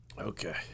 Okay